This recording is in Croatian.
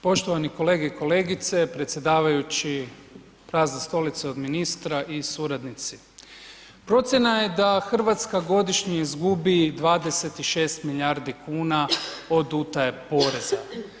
Poštovani kolege i kolegice, predsjedavajući, prazna stolica od ministra i suradnici, procjena je da Hrvatska godišnje izgubi 26 milijardi kuna od utaje poreza.